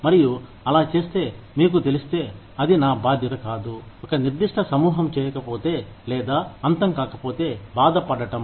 మరియు అలా చేస్తే మీకు తెలిస్తే అది నా బాధ్యత కాదు ఒక నిర్దిష్ట సమూహం చేయకపోతే లేదా అంతం కాకపోతే బాధపడటం